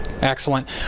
Excellent